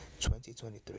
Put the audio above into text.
2023